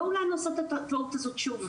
בואו לא נעשה את הטעות הזאת שוב,